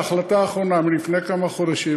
בהחלטה האחרונה מלפני כמה חודשים,